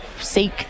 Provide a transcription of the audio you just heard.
seek